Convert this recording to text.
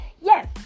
yes